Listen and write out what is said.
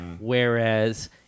Whereas